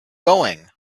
going